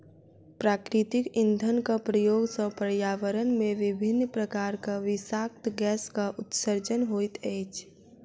प्राकृतिक इंधनक प्रयोग सॅ पर्यावरण मे विभिन्न प्रकारक विषाक्त गैसक उत्सर्जन होइत अछि